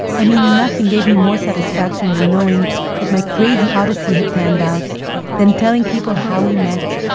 i mean nothing gave me more satisfaction than knowing that my crazy odyssey had panned out than telling people how we met,